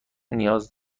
نیاز